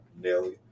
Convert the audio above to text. Nelly